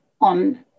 on